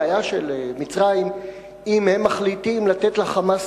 בעיה של מצרים אם הם מחליטים לתת ל"חמאס"